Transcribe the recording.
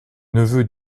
neveu